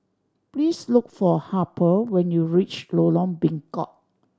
please look for Harper when you reach Lorong Bengkok